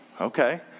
okay